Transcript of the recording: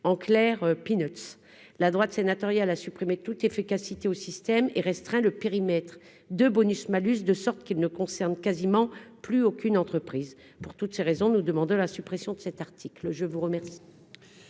en clair peanuts, la droite sénatoriale a supprimé toute efficacité au système et restreint le périmètre de bonus-malus, de sorte qu'il ne concerne quasiment plus aucune entreprise pour toutes ces raisons, nous demande la suppression de cet article, je vous remercie.